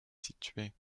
située